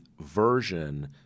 version